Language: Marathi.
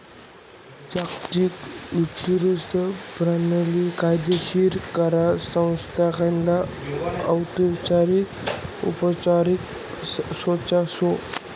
जागतिक वित्तीय परणाली कायदेशीर करार संस्थासना औपचारिक अनौपचारिक साचा शे